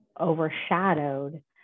overshadowed